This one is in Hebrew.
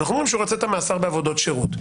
ואנחנו אומרים שהוא ירצה את המאסר בעבודות שירות.